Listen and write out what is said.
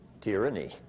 Tyranny